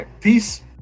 Peace